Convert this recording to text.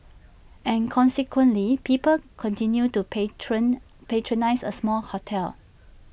and consequently people continued to patron patronise A smaller hotel